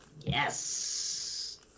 Yes